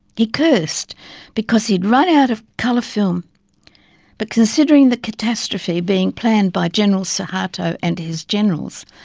he cursed because he had run out of colour film but considering the catastrophe being planned by general suharto and his generals,